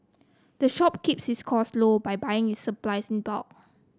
the shop keeps its costs low by buying its supplies in bulk